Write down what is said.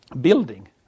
building